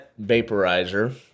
vaporizer